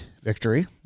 victory